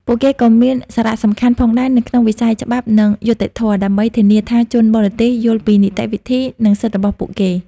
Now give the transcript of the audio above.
ពួកគេក៏មានសារៈសំខាន់ផងដែរនៅក្នុងវិស័យច្បាប់ និងយុត្តិធម៌ ដើម្បីធានាថាជនបរទេសយល់ពីនីតិវិធី និងសិទ្ធិរបស់ពួកគេ។